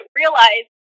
realize